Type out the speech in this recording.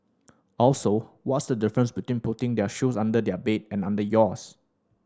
also what's the difference between putting their shoes under their bed and under yours